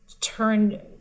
turn